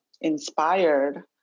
inspired